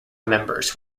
members